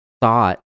thought